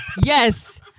Yes